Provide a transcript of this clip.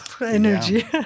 energy